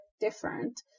different